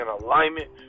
alignment